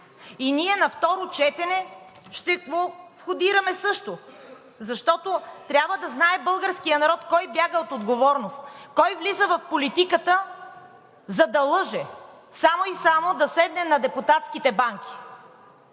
И ние на второ четене ще го входираме също, защото трябва да знае българският народ кой бяга от отговорност? Кой влиза в политиката, за да лъже, само и само да седне на депутатските банки.